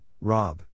Rob